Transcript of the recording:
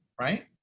right